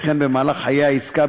וכן במהלך חיי העסקה,